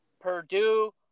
Purdue